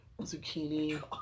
zucchini